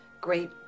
great